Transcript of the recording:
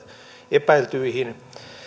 epäiltyihin